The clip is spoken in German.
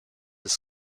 des